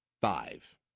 Five